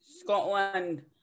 Scotland